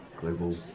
global